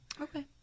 Okay